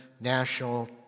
national